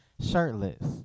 shirtless